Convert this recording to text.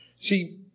See